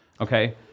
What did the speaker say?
okay